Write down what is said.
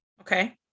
okay